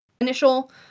Initial